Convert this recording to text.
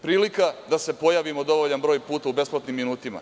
Prilika da se pojavimo dovoljan broj puta u besplatnim minutima.